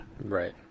right